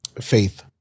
faith